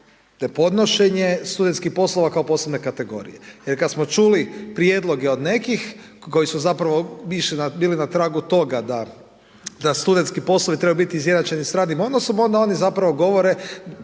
nepodnošenje studentskih poslova kao posebne kategorije. Jer kada smo čuli prijedloge od nekih koji su zapravo bili na tragu toga da studentski poslovi trebaju biti izjednačeni sa radnim odnosom onda oni zapravo govore